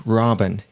robin